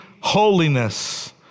holiness